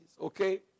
Okay